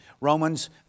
Romans